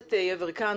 הכנסת יברקן,